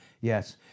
yes